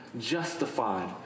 justified